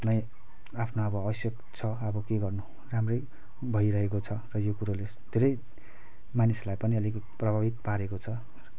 नै आफ्नो अब आवश्यक छ अब के गर्नु राम्रै भइरहेको छ र यो कुरोले धेरै मानिसलाई पनि अलिक प्रभावित पारेको छ